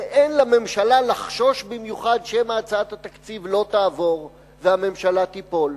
ואין לממשלה לחשוש במיוחד שמא הצעת התקציב לא תעבור והממשלה תיפול.